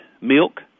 milk